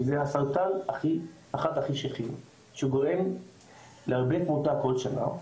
שזה הסרטן אחד הכי שכיחים שהוא גורם להרבה תמותה כל שנה,